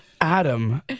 Adam